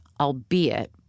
albeit